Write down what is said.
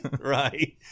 right